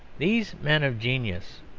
these men of genius,